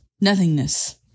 nothingness